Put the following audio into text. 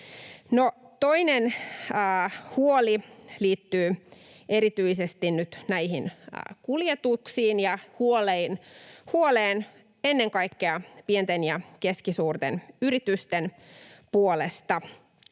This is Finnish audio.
toinen huoli liittyy erityisesti nyt näihin kuljetuksiin ja huoleen ennen kaikkea pienten ja keskisuurten yritysten puolesta.